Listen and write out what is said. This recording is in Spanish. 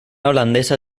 holandesa